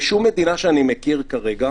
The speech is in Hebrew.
בשום מדינה שאני מכיר כרגע